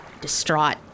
distraught